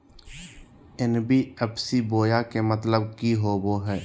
NBFC बोया के मतलब कि होवे हय?